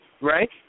right